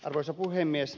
arvoisa puhemies